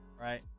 Right